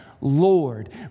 Lord